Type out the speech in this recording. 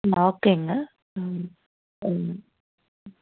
ஓகேங்க ம் ம்